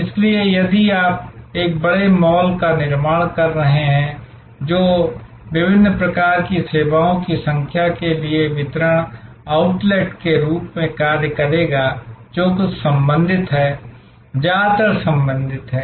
इसलिए यदि आप एक बड़े मॉल का निर्माण कर रहे हैं जो विभिन्न प्रकार की सेवाओं की संख्या के लिए वितरण आउटलेट के रूप में कार्य करेगा जो कुछ संबंधित हैं ज्यादातर संबंधित हैं